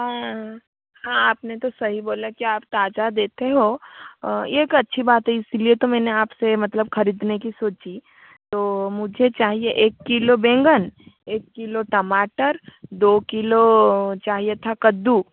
आपने तो सही बोला कि आप ताजा देते हो एक अच्छी बात इसलिए तो मैंने आपसे मतलब खरीदने की सोची तो मुझे चाहिए एक किलो बैंगन एक किलो टमाटर दो किलो चाहिए था कद्दू